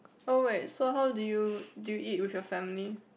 oh wait so how do you do you eat with your family